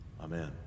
amen